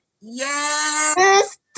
Yes